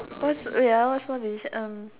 what's wait ah what small decision um